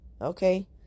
Okay